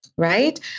Right